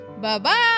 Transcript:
Bye-bye